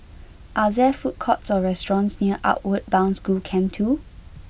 are there food courts or restaurants near Outward Bound School Camp two